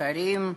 שרים,